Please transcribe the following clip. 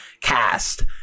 cast